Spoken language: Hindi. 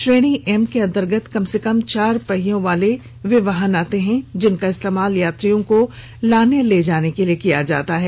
श्रेणी एम के अंतर्गत कम से कम चार पहियों वाले वे वाहन आते हैं जिनका इस्तेमाल यात्रियों को लाने ले जाने के लिए किया जाता है